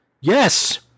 Yes